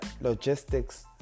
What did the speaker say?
logistics